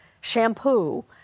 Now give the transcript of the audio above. Shampoo